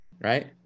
right